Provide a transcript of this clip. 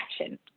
action